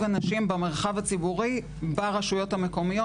הנשים במרחב הציבורי ברשויות המקומיות.